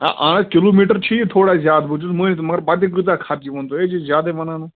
ہے ا کِلوٗمیٖٹر چھِ یہِ تھوڑا زیادٕ بہٕ چھُس مٲنِتھ مگر پَتہٕ تہِ کۭژاہ خرچی ؤنۍ تُہۍ ہے چھُو زیادٕے وَنان